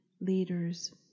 leaders